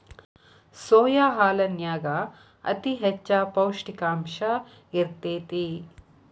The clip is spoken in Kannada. ಸೋಯಾ ಹಾಲನ್ಯಾಗ ಅತಿ ಹೆಚ್ಚ ಪೌಷ್ಟಿಕಾಂಶ ಇರ್ತೇತಿ